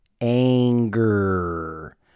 Anger